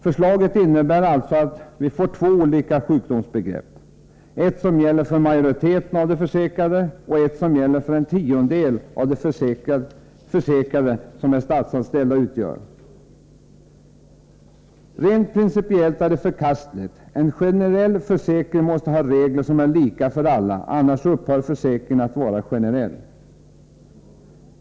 Förslaget innebär alltså att vi får två olika sjukdomsbegrepp, ett som gäller för majoriteten av de försäkrade och ett som gäller för den tiondel av de försäkrade som de statsanställda utgör. Rent principiellt är detta förkastligt. En generell försäkring måste ha regler som är lika för alla. Annars upphör försäkringen att vara generell.